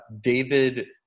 David